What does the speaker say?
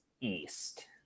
east